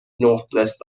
northwest